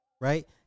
Right